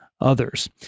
others